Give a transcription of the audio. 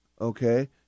Okay